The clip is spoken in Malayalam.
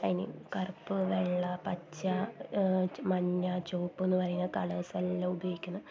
അതിന് കറുപ്പ് വെള്ള പച്ച മഞ്ഞ ചുവപ്പ് എന്നു പറയുന്ന കളേഴ്സെല്ലാം ഉപയോഗിക്കുന്നു